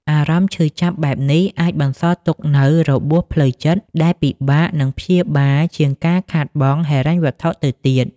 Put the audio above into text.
អារម្មណ៍ឈឺចាប់បែបនេះអាចបន្សល់ទុកនូវរបួសផ្លូវចិត្ត ដែលពិបាកនឹងព្យាបាលជាងការខាតបង់ហិរញ្ញវត្ថុទៅទៀត។